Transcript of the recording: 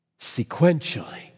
Sequentially